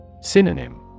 Synonym